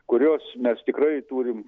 kurios mes tikrai turim